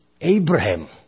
Abraham